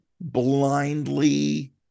blindly